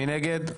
מי נגד?